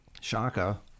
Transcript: Shaka